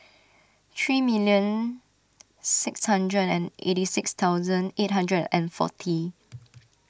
three million six hundred and eighty six thousand eight hundred and forty